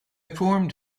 formed